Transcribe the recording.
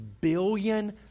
billion